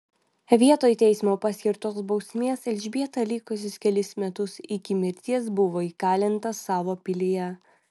vietoj teismo paskirtos bausmės elžbieta likusius kelis metus iki mirties buvo įkalinta savo pilyje